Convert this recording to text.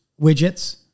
widgets